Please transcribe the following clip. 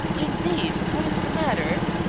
indeed, what is the matter?